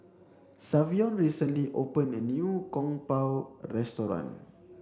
Savion recently opened a new Kung Po restaurant